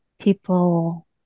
people